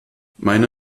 meine